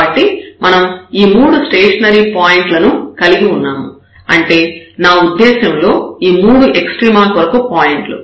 కాబట్టి మనం ఈ మూడు స్టేషనరీ పాయింట్లను కలిగి ఉన్నాము అంటే నా ఉద్దేశ్యంలో ఈ మూడు ఎక్స్ట్రీమా కొరకు పాయింట్లు